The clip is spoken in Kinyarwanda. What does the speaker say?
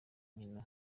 nkino